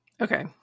okay